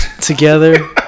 together